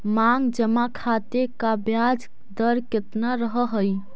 मांग जमा खाते का ब्याज दर केतना रहअ हई